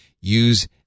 use